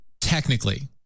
Technically